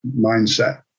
mindset